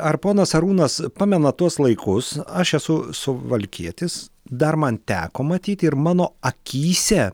ar ponas arūnas pamena tuos laikus aš esu suvalkietis dar man teko matyti ir mano akyse